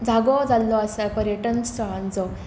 जागो जाल्लो आसा पर्यटन स्थळांचो